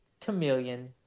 Chameleon